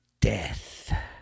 death